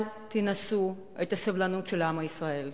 אל תנסו את הסבלנות של עם ישראל.